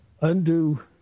undo